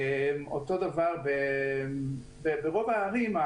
אותו דבר ברוב הערים,